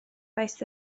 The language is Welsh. faes